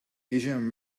asian